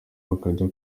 bakajya